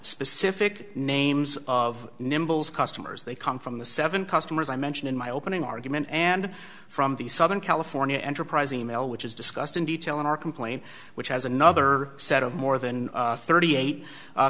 specific names of nimble customers they come from the seven customers i mentioned in my opening argument and from the southern california enterprise e mail which is discussed in detail in our complaint which has another set of more than thirty eight